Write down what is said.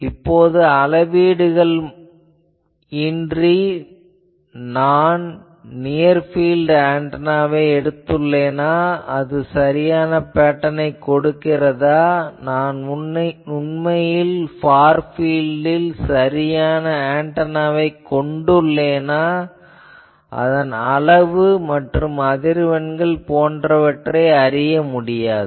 இப்போது அளவீடுகள் இன்றி நான் நியர் பீல்ட் ஆன்டெனா எடுத்துள்ளேனா அது சரியான பேட்டர்ன் கொடுக்கிறதா நான் உண்மையில் ஃபார் பீல்ட்டில் சரியான ஆன்டெனாவைக் கொண்டுள்ளேனா அதன் அளவு மற்றும் அதிர்வெண்கள் போன்றவற்றை அறிய முடியாது